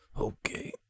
Okay